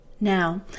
Now